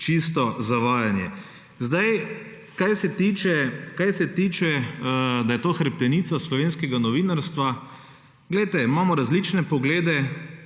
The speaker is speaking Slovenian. čisto zavajanje. Kar se tiče, da je to hrbtenica slovenskega novinarstva. Poglejte, imamo različne poglede,